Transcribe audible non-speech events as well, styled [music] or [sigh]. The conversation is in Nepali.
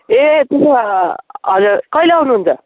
ए [unintelligible] हजुर कहिले आउनुहुन्छ